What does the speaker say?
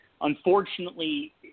unfortunately